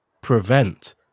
prevent